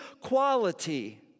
quality